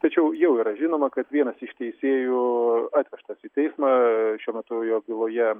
tačiau jau yra žinoma kad vienas iš teisėjų atvežtas į teismą šiuo metu jo byloje